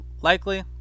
Likely